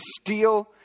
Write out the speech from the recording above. steal